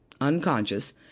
unconscious